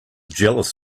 jealous